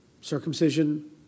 circumcision